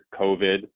COVID